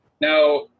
Now